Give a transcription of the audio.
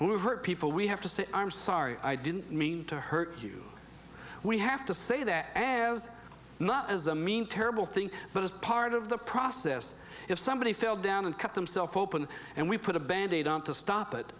hurt people we have to say i'm sorry i didn't mean to hurt you we have to say that as not as a mean terrible thing but as part of the process if somebody fell down and cut themself open and we put a bandaid on to stop it